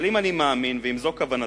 אבל אם אני מאמין, ואם זו כוונתם,